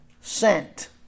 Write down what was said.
sent